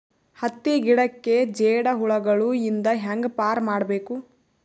ಹತ್ತಿ ಗಿಡಕ್ಕೆ ಜೇಡ ಹುಳಗಳು ಇಂದ ಹ್ಯಾಂಗ್ ಪಾರ್ ಮಾಡಬೇಕು?